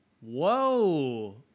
Whoa